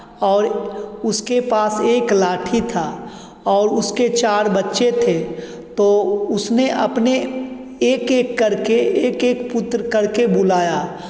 और उसके पास एक लाठी था और उसके चार बच्चे थे तो उसने अपने एक एक करके एक एक पुत्र करके बुलाया